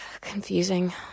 confusing